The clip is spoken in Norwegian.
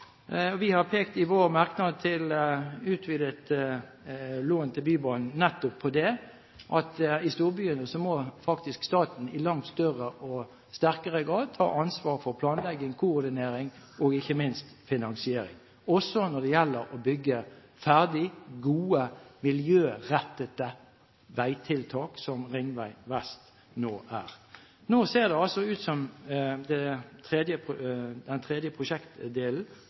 ansvar. Vi har i vår merknad om utvidet lån til Bybanen nettopp pekt på det, at i storbyene må faktisk staten i langt større og sterkere grad ta ansvar for planlegging, koordinering og ikke minst finansiering, også når det gjelder å bygge ferdig gode, miljørettede veitiltak som Ringvei Vest nå er. Nå ser det altså ut som den tredje prosjektdelen